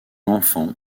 enfant